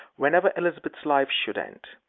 whenever elizabeth's life should end.